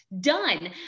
done